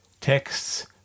texts